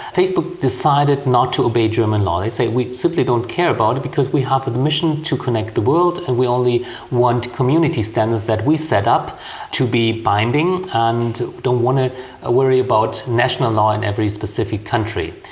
facebook decided not to obey german law. they said we simply don't care about it because we have a mission to connect the world and we only want community standards that we set up to be binding and don't want to ah worry about national law in every specific country.